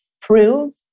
prove